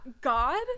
God